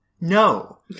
No